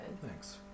Thanks